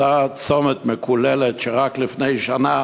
אותו צומת מקולל שרק לפני שנה